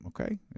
okay